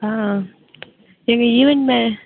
ஆ எங்கள் ஈவென்ட் மே